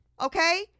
Okay